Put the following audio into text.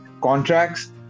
Contracts